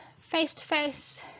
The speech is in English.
Face-to-face